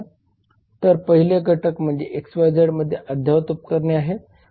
तर पहिले घटक म्हणजे XYZ मध्ये अद्ययावत उपकरणे आहेत